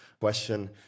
question